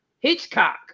Hitchcock